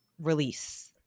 release